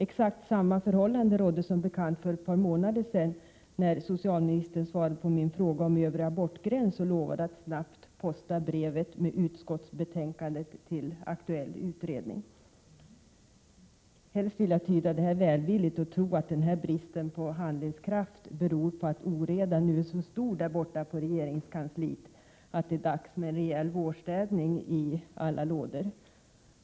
Exakt samma förhållande rådde som bekant för ett par månader sedan när socialministern svarade på min fråga om övre tidsgräns för aborter och lovade att snabbt posta brevet med utskottsbetänkande till aktuell utredning. Jag vill helst tyda det här välvilligt och tro att bristen på handlingskraft beror på att oredan nu är så stor där borta på regeringskansliet, att det är dags för en rejäl vårstädning i alla lådor.